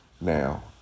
Now